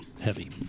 heavy